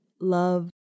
love